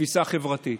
תפיסה חברתית,